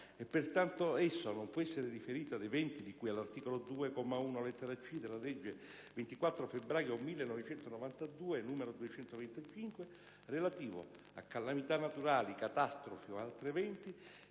e, pertanto, esso non può essere riferito ad eventi dì cui all'articolo 2, comma 1, lettera *c)*, della legge 24 febbraio 1992, n. 225, relativo a «calamità naturali, catastrofi o altri eventi